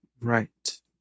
Right